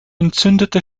entzündete